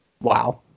Wow